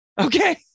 Okay